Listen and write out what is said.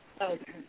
Okay